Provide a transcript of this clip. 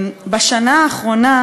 בשנה האחרונה